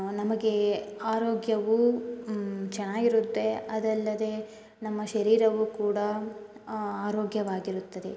ನಮಗೆ ಆರೋಗ್ಯವೂ ಚೆನ್ನಾಗಿರುತ್ತೆ ಅದಲ್ಲದೇ ನಮ್ಮ ಶರೀರವೂ ಕೂಡ ಆರೋಗ್ಯವಾಗಿರುತ್ತದೆ